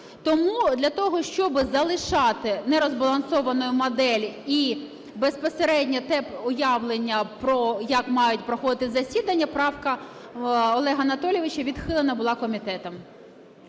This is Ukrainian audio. Тому для того, щоби залишати не розбалансованою модель і безпосередньо те уявлення, як мають проходити засідання, правка Олега Анатолійовича відхилена була комітетом.